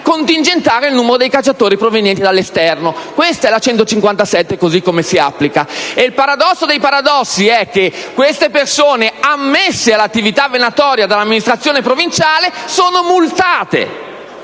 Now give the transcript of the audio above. contingentare il numero dei cacciatori provenienti dall'esterno. Questa è la legge n. 157, così come si applica. E il paradosso dei paradossi è che queste persone ammesse all'attività venatoria dall'amministrazione provinciale sono multate.